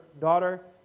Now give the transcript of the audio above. Daughter